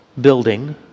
building